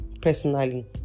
personally